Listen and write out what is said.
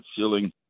ceiling